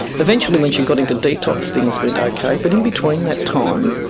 eventually when she got into detox, things went ok, but in between that time,